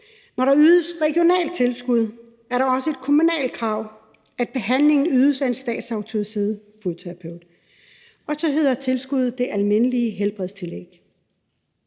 Når der ydes et regionalt tilskud, er der også et kommunalt krav om, at behandlingen ydes af en statsautoriseret fodterapeut, og så hedder tilskuddet det almindelige helbredstillæg.